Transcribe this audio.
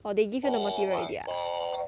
oh they give you the material already ah